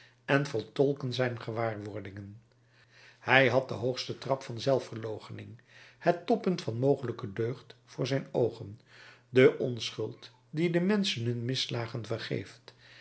en vertolken zijn gewaarwordingen hij had den hoogsten trap van zelfverloochening het toppunt van mogelijke deugd voor zijn oogen de onschuld die den menschen hun misslagen vergeeft